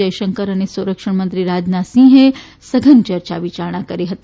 જયશંકર અને સંરક્ષણ મંત્રી રાજનાથસિંહે સઘન ચર્ચા વિયારણા કરી હતી